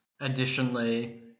additionally